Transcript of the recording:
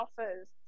offers